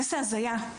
איזו הזיה".